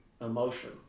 emotion